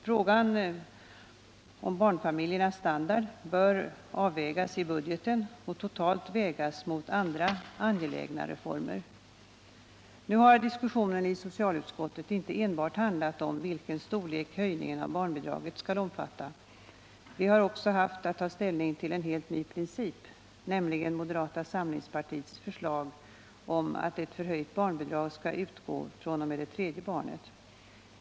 Frågan om barnfamiljernas standard bör avvägas i budgeten och totalt vägas mot andra angelägna reformer. Nu har diskussionen i socialutskottet inte enbart handlat om storleken på höjningen av barnbidraget. Vi har också haft att ta ställning till en helt ny princip, nämligen moderata samlingspartiets förslag att ett förhöjt barnbidrag skall utgå fr.o.m. det tredje barnet.